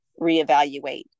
reevaluate